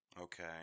Okay